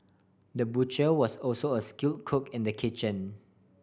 the butcher was also a skill cook in the kitchen